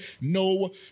no